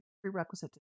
prerequisite